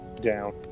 down